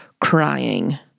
crying